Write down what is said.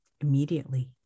immediately